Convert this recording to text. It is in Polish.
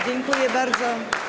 Dziękuję bardzo.